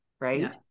right